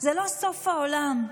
זה לא סוף העולם.